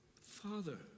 Father